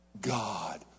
God